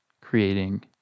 creating